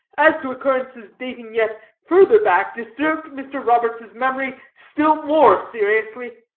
as to occurrences dating yet further back, disturbed mr. roberts's memory still more seriously.